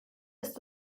ist